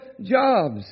jobs